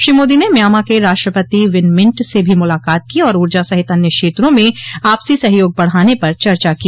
श्री मोदी ने म्यामां के राष्ट्रपति विन मिंट से भी मुलाकात की और ऊर्जा सहित अन्य क्षेत्रों में आपसी सहयोग बढ़ाने पर चर्चा की